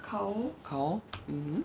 caw mmhmm